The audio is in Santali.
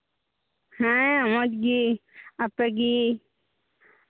ᱦᱮᱸ ᱢᱚᱡᱽ ᱜᱮ ᱟᱯᱮ ᱜᱮ